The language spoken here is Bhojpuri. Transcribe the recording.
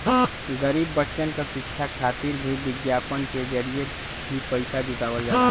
गरीब बच्चन क शिक्षा खातिर भी विज्ञापन के जरिये भी पइसा जुटावल जाला